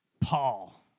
Paul